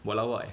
buat lawak eh